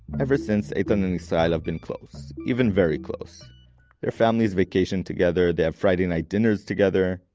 ever since, eytan and israel have been close. even very close their families vacation together, they have friday night dinners together,